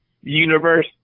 universe